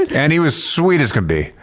and he was sweet as could be.